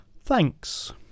thanks